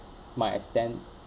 might extend